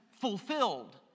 fulfilled